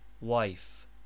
Wife